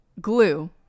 glue